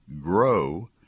grow